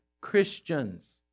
Christians